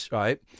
right